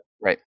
Right